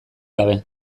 gabe